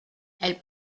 elle